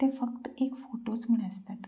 ते फक्त एक फोटोच म्हण आसतात